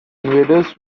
invaders